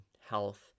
health